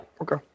Okay